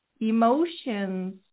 emotions